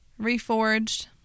reforged